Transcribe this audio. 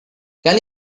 can